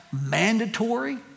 mandatory